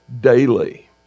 daily